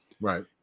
right